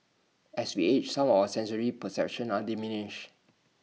as we age some of our sensory perceptions are diminished